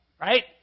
right